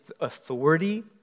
authority